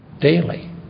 daily